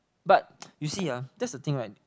but you see ah that's the thing right